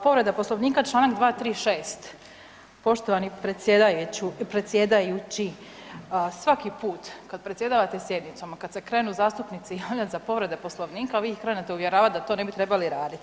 Povreda Poslovnika Članak 236., poštovani predsjedajući svaki put kad predsjedavate sjednicom, a kad se krenu zastupnici javljati za povrede Poslovnika vi ih krenete uvjeravati da to ne bi trebali raditi.